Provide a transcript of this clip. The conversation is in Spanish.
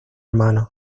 hermanos